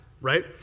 right